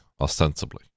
ostensibly